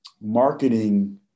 marketing